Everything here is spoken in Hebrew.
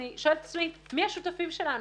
אני שואלת את עצמי: מי השותפים שלנו?